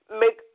make